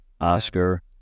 Oscar